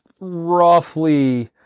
roughly